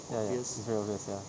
ya ya it's very obvious ya